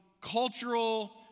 cultural